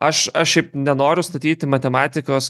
aš aš šiaip nenoriu statyti matematikos